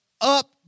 up